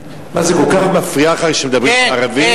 מה, זה כל כך מפריע לך שמדברים על ערבים?